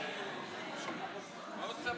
מאוד שמח.